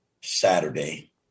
Saturday